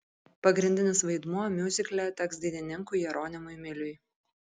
pagrindinis vaidmuo miuzikle teks dainininkui jeronimui miliui